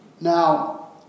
Now